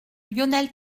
lionel